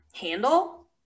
handle